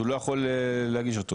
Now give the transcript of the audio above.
הוא לא יכול להגיש אותו,